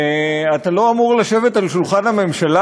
אתה לא אמור לשבת לשולחן הממשלה?